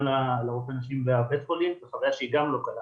גם לרפואי הנשים בבתי החולים זו חוויה שהיא גם לא קלה